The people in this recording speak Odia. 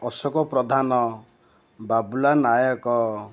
ଅଶୋକ ପ୍ରଧାନ ବାବୁଲା ନାୟକ